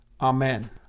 Amen